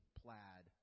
plaid